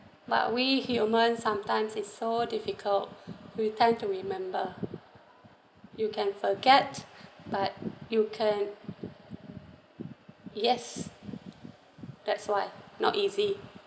but we human sometimes it's so difficult we tend to remember you can forget but you can yes that's why not easy